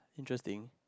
interesting